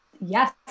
Yes